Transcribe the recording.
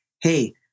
hey